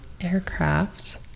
Aircraft